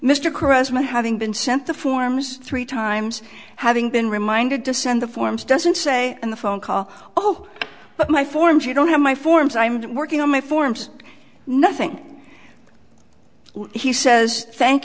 karisma having been sent the forms three times having been reminded to send the forms doesn't say in the phone call oh but my forms you don't have my forms i'm working on my forms nothing he says thank